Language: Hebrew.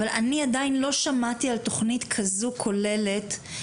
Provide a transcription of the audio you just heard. אבל אני עדיין לא שמעתי על תוכנית כזו שהיא כוללת,